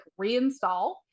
reinstall